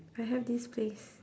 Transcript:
I have this place